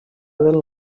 del